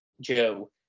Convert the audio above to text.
Joe